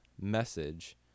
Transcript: message